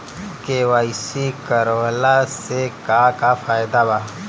KYC करवला से का का फायदा बा?